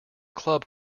club